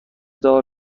دار